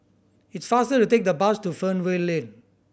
it's faster to take the bus to Fernvale Lane